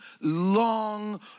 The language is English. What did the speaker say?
long